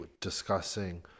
discussing